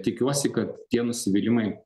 tikiuosi kad tie nusivylimai